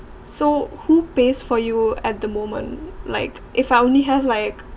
so who pays for you at the moment like if I only have like